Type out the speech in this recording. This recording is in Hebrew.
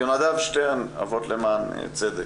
יונדב שטרן, אבות למען צדק,